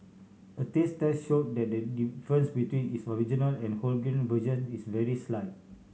a taste test showed that the difference between its original and wholegrain versions is very slight